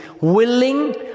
willing